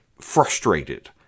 frustrated